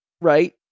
right